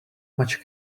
much